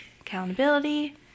accountability